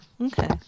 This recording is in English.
Okay